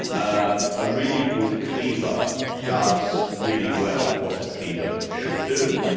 um a really good cleaver does really well what a cleaver should do.